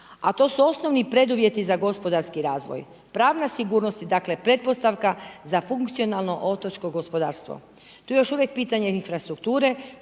s to su osnovni preduvjeti za gospodarski razvoj, pravna sigurnost, dakle pretpostavka za funkcionalno otočko gospodarstvo. Tu je još uvijek pitanje infrastrukture